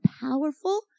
powerful